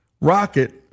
Rocket